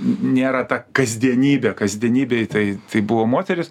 nėra ta kasdienybė kasdienybėj tai tai buvo moterys